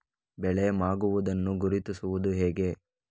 ಬೆಳೆ ಮಾಗುವುದನ್ನು ಗುರುತಿಸುವುದು ಹೇಗೆ?